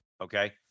Okay